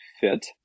fit